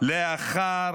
לאחר